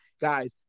guys